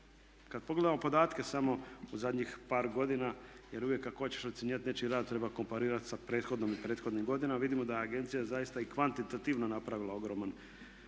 Kad pogledamo podatke samo u zadnjih par godina, jer uvijek ako hoćeš ocjenjivati nečiji rad treba komparirati da prethodnom i prethodnim godinama. Vidimo da je agencija zaista i kvantitativno napravila ogroman